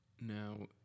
Now